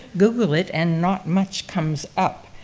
google it, and not much comes up.